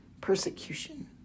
persecution